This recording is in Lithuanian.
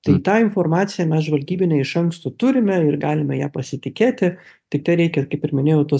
tai tą informaciją mes žvalgybinę iš anksto turime ir galime ja pasitikėti tai tai reikia kaip ir minėjau tos